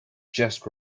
just